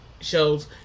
Shows